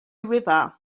river